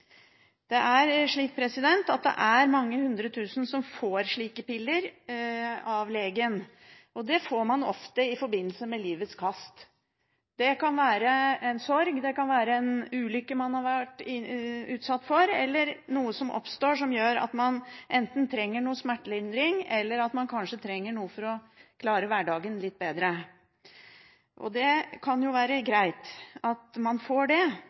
Det er mange hundre tusen som får slike piller av legen, og det får man ofte i forbindelse med livets kast. Det kan være en sorg, det kan være en ulykke man har vært utsatt for, eller noe som oppstår, som gjør at man enten trenger noe smertelindring, eller at man kanskje trenger noe for å klare hverdagen litt bedre. Det kan jo være greit at man får det.